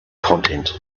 content